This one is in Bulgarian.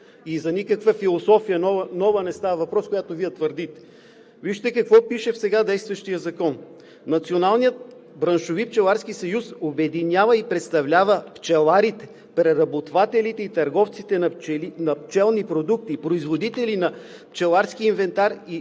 и за никаква нова философия не става въпрос, за която Вие твърдите. Вижте какво пише в сега действащия закон: „(4) Националният браншови пчеларски съюз обединява и представлява пчеларите, преработвателите и търговците на пчелни продукти, производители на пчеларски инвентар и